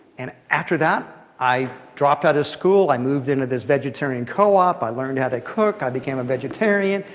and after that, i dropped out of school. i moved into this vegetarian co-op. i learned how to cook. i became a vegetarian.